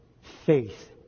faith